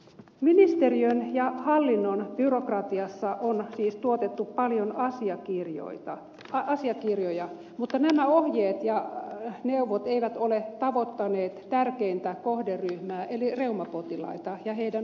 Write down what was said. ministeriön ja hallinnon byrokratiassa on siis tuotettu paljon asiakirjoja mutta nämä ohjeet ja neuvot eivät ole tavoittaneet tärkeintä kohderyhmää eli reumapotilaita ja heidän huoltajiaan